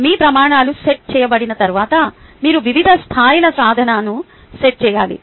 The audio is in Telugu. మీ ప్రమాణాలు సెట్ చేయబడిన తర్వాత మీరు వివిధ స్థాయిల సాధనను సెట్ చేయాలి